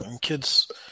kids